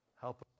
help